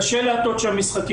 קשה להטות שם משחקים.